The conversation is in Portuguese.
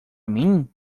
mim